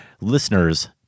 listeners